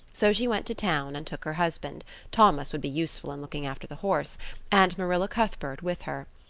so she went to town and took her husband thomas would be useful in looking after the horse and marilla cuthbert with her.